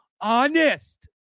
honest